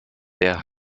der